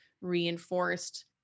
reinforced